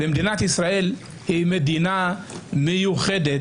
ומדינת ישראל היא מדינה מיוחדת,